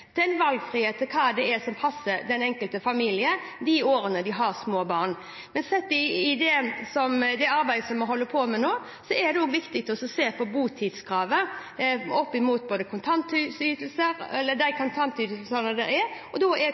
valgfrihet til å gjøre det som passer den enkelte familie i de årene de har små barn. Men i det arbeidet vi holder på med nå, er det viktig å se på botidskravet opp mot de kontantytelser som er, og da er